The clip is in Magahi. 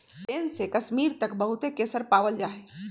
स्पेन से कश्मीर तक बहुत केसर पावल जा हई